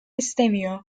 istemiyor